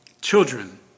Children